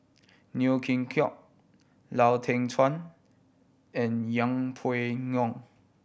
Neo Chwee Kok Lau Teng Chuan and Yeng Pway Ngon